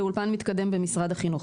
לאולפן מתקדם במשרד החינוך,